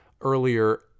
earlier